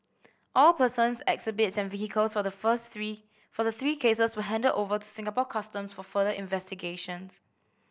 all persons exhibits and vehicles for the first three for the three cases were handed over to Singapore Custom for further investigations